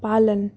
पालन